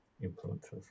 influences